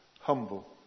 humble